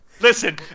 Listen